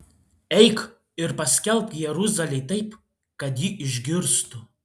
eik ir paskelbk jeruzalei taip kad ji išgirstų